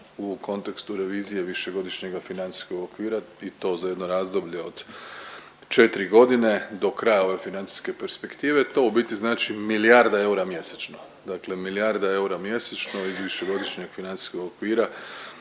u kontekstu revizije višegodišnjega financijskog okvira i to za jedno razdoblje od 4 godine do kraja ove financijske perspektive, to u biti znači milijarda eura mjesečno. Dakle, milijarda eura mjesečno iz višegodišnjeg financijskog okvira